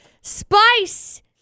spice